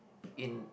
in